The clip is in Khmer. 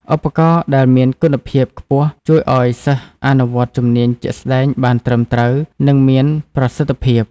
ឧបករណ៍ដែលមានគុណភាពខ្ពស់ជួយឱ្យសិស្សអនុវត្តជំនាញជាក់ស្តែងបានត្រឹមត្រូវនិងមានប្រសិទ្ធភាព។